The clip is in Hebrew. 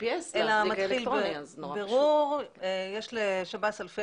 כי לאזיק האלקטרוני אין GPS. מתחיל בירור ולשב"ס יש אלפי